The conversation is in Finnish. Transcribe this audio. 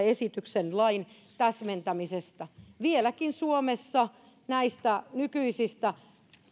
esityksen lain täsmentämisestä vieläkin suomessa näistä nykyisistä